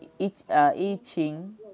each err 疫情